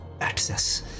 access